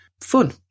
fun